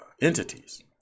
entities